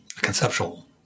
conceptual